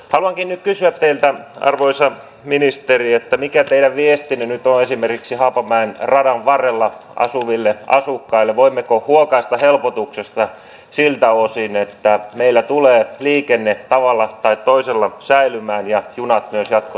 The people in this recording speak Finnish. alankin kysyä teiltä arvoisa ministeri että mikä teidän viestinne nyt tuo esimeriksi haapamäen radan varrella asuville asukkaille voimmeko huokaista helpotuksesta siltä osin että meille tulee liikenne tavalla tai toisella säilymään ja junapysäkki